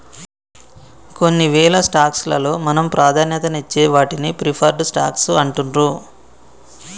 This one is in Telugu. కొన్నివేల స్టాక్స్ లలో మనం ప్రాధాన్యతనిచ్చే వాటిని ప్రిఫర్డ్ స్టాక్స్ అంటుండ్రు